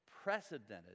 unprecedented